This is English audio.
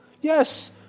Yes